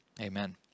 Amen